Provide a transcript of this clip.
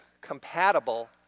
compatible